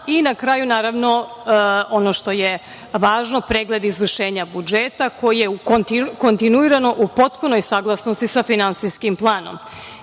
i na kraju, naravno, ono što je važno, pregled izvršenja budžeta koji je kontinuirano u potpunoj saglasnosti sa finansijskim planom,